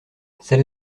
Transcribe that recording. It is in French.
celle